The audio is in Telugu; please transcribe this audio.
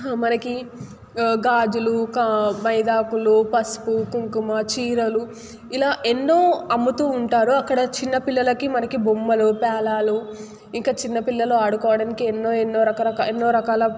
మనకి గాజులు మైదాకులు పసుపు కుంకుమ చీరలు ఇలా ఎన్నో అమ్ముతూ ఉంటారు అక్కడ చిన్నపిల్లలకి మనకి బొమ్మలు పేలాలు ఇంకా చిన్న పిల్లలు ఆడుకోవడానికి ఎన్నో ఎన్నో రకరకాల ఎన్నో రకాల